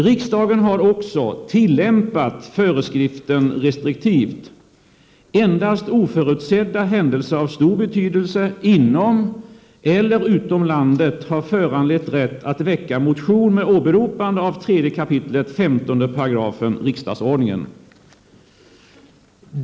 Riksdagen har också tillämpat föreskriften restriktivt. Endast oförutsedda händelser av stor betydelse inom eller utom landet har föranlett rätt att väcka motion med åberopande av 3 kap. 15§ riksdagsordningen.